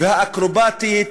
והאקרובטית